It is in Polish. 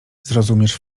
zrozumiesz